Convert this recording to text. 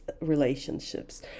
relationships